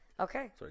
Okay